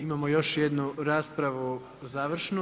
Imamo još jednu raspravu završnu.